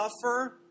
suffer